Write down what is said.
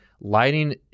lighting